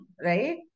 right